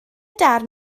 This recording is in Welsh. darn